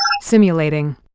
Simulating